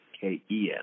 K-E-N